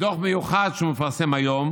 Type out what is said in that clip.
בדוח מיוחד שהוא מפרסם היום